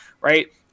right